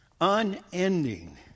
unending